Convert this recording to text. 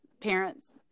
parents